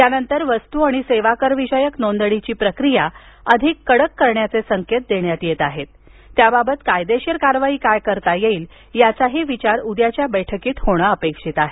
यानंतर वस्तू आणि सेवाकर विषयक नोंदणीची प्रक्रिया अधिक कडक करण्याचे संकेत देण्यात आले असून त्याबाबत कायदेशीर कारवाई काय करता येईल याचाही विचार करण्यात येणार आहे